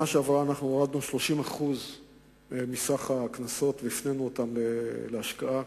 שעברה הורדנו 30% מסך הקנסות והפנינו אותם להשקעה,